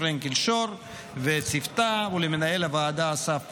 פרנקל-שור וצוותה ולמנהל הוועדה אסף פרידמן.